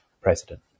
president